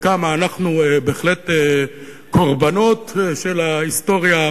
וכמה אנחנו בהחלט קורבנות של ההיסטוריה.